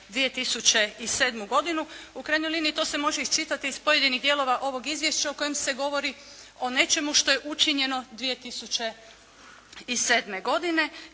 2007. godinu. U krajnjoj liniji to se može iščitati iz pojedinih dijelova ovog izvješća u kojem se govori o nečemu što je učinjeno 2007. godine